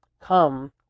come